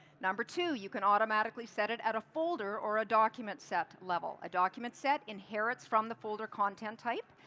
number two, you can automatical ly set it at a folder or a document set level. a document set inherits from the folder content type.